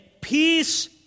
Peace